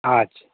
আচ্ছা